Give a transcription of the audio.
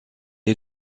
est